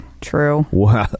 True